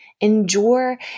endure